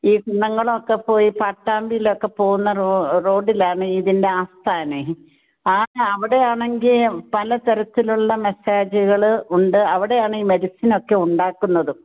ഈ നിങ്ങളൊക്കെ പോയി പട്ടാമ്പിയിൽ ഒക്കെ പോകുന്ന റോഡിലാണ് ഇതിൻ്റെ ആസ്ഥാനേ ആ അവിടെയാണെങ്കി പലതരത്തിലുള്ള മസാജുകള് ഉണ്ട് അവിടെയാണ് ഈ മെഡിസിൻ ഒക്കെ ഉണ്ടാക്കുന്നതും